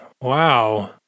wow